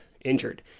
injured